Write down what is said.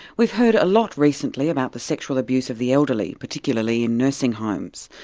we've heard a lot recently about the sexual abuse of the elderly, particularly in nursing homes.